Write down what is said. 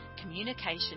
communication